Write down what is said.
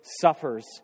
suffers